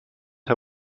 her